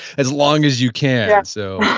as long as you can. yeah so,